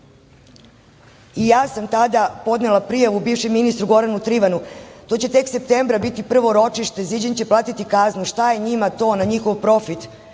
sam tada podnela prijavu bivšem ministru Goranu Trivanu. To će tek septembra biti prvo ročište. Ziđin će platiti kaznu. Šta je njima to na njihov profit